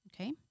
okay